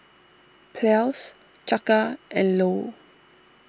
Ples Chaka and Lou